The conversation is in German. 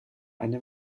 eine